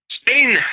Spain